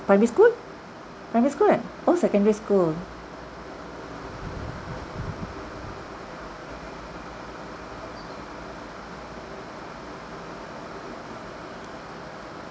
primary school primary school right oh secondary school